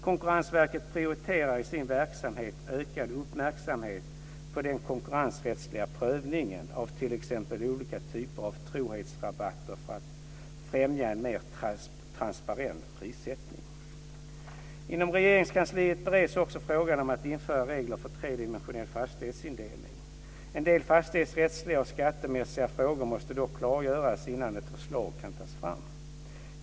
Konkurrensverket prioriterar i sin verksamhet ökad uppmärksamhet på den konkurrensrättsliga prövningen av t.ex. olika typer av trohetsrabatter för att främja en mer transparent prissättning. Inom Regeringskansliet bereds också frågan om att införa regler för tredimensionell fastighetsindelning. En del fastighetsrättsliga och skattemässiga frågor måste dock klargöras innan ett förslag kan tas fram.